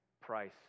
price